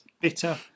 bitter